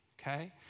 okay